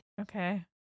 Okay